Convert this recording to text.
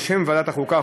בשם ועדת החוקה,